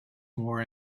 more